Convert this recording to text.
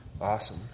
Awesome